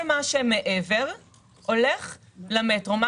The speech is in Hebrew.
כל מה שמעבר הולך למטרו.